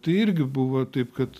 tai irgi buvo taip kad